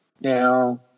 Now